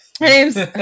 name's